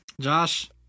Josh